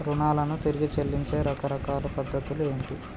రుణాలను తిరిగి చెల్లించే రకరకాల పద్ధతులు ఏంటి?